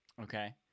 Okay